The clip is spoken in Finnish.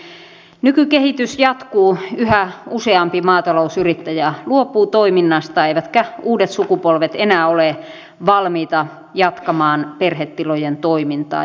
mikäli nykykehitys jatkuu yhä useampi maatalousyrittäjä luopuu toiminnasta eivätkä uudet sukupolvet enää ole valmiita jatkamaan perhetilojen toimintaa